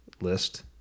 list